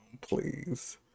please